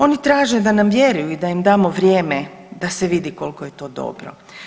Oni traže da nam vjeruju i da im damo vrijeme da se vidi koliko je to dobro.